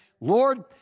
Lord